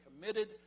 committed